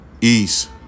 East